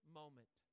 moment